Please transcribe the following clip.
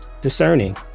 discerning